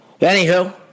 Anywho